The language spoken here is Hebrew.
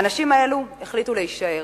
האנשים האלו החליטו להישאר.